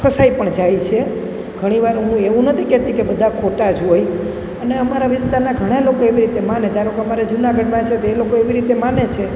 ફસાઈ પણ જાય છે ઘણીવાર હું એવું નથી કહેતી કે બધા ખોટા જ હોય અને અમારા વિસ્તારના ઘણા લોકો એવી રીતે માને ધારોકે અમારે જુનાગઢમાં છે તો એ લોકો એવી રીતે માને છે